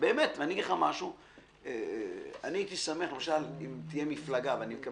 באמת, אני הייתי שמח אם תהיה מפלגה,